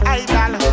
idol